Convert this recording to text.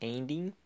Ending